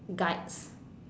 guides